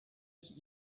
its